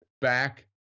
back